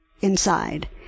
inside